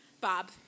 Bob